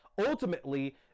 ultimately